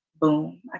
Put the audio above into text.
boom